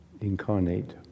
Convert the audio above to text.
incarnate